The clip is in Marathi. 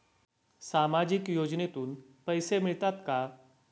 सामाजिक योजनेतून पैसे मिळतात का?